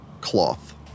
cloth